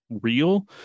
real